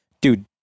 Dude